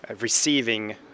receiving